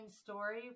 story